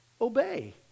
Obey